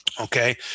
Okay